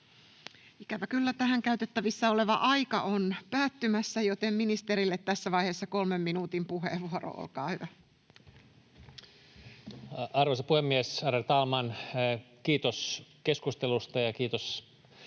Ikävä kyllä tähän käytettävissä oleva aika on päättymässä, joten ministerille tässä vaiheessa kolmen minuutin puheenvuoro, olkaa hyvä. Arvoisa puhemies, ärade talman! Kiitos keskustelusta ja kiitos